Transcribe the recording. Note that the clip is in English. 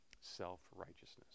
Self-righteousness